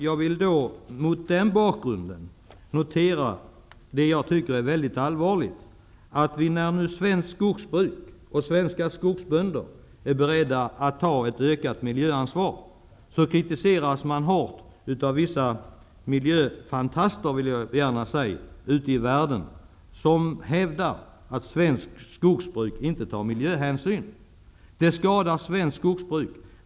Jag vill mot den bakgrunden notera det jag tycker är väldigt allvarligt, nämligen att när nu svenskt skogsbruk och svenska skogsbönder är beredda att ta ett ökat miljöansvar, kritiseras de hårt av vissa miljöfantaster -- det vill jag kalla dem -- ute i världen. De hävdar att svenskt skogsbruk inte tar miljöhänsyn. Det skadar svenskt skogsbruk.